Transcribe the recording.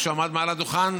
כשהוא עמד מעל הדוכן,